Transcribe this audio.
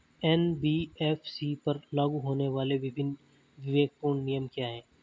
NBFC पर लागू होने वाले विभिन्न विवेकपूर्ण नियम क्या हैं?